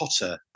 Potter